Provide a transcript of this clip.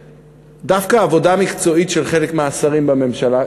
העבודה המקצועית דווקא של חלק מהשרים בממשלה,